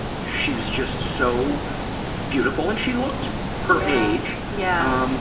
she was just so beautiful, and she looked her age. yeah um